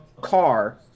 car